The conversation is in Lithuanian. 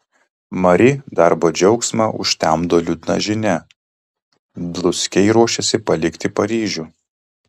mari darbo džiaugsmą užtemdo liūdna žinia dluskiai ruošiasi palikti paryžių